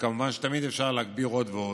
וכמובן שתמיד אפשר להגביר עוד ועוד.